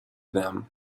them